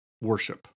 worship